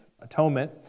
atonement